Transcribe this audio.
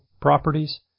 properties